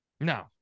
No